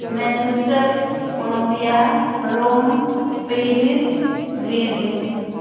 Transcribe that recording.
Manchester Colombia Rome Paris Beijing